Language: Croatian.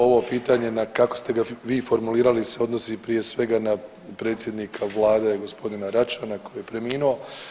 Ovo pitanje kako ste ga vi formulirali se odnosi prije svega na predsjednika Vlade gospodina Račana koji je preminuo.